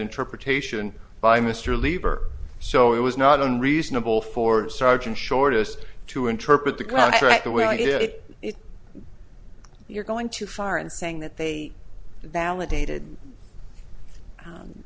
interpretation by mr lieber so it was not unreasonable for sergeant shortest to interpret the contract the way i did it if you're going too far in saying that they validated